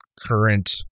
current